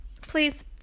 please